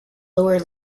lower